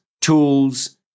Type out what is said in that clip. tools